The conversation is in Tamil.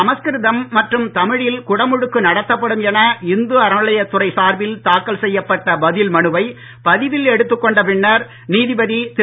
சமஸ்கிருதம் மற்றும் தமிழில் குடமுழுக்கு நடத்தப்படும் என இந்த அறநிலையத் துறை சார்பில் தாக்கல் செய்யப்பட்ட பதில் மனுவை பதிவில் எடுத்துக்கொண்ட பின்னர் நீதிபதி திரு